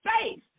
face